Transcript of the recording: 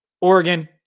Oregon